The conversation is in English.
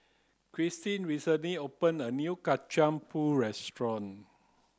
Christen recently opened a new kacang pool restaurant